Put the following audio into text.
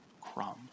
crumbs